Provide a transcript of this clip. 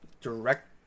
direct